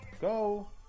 go